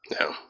No